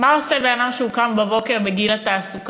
מה עושה בן-אדם בגיל התעסוקה